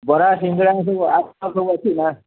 ବରା ସିଙ୍ଗେଡ଼ା ସବୁ ଆଉ କଣ ସବୁ ଅଛି ନା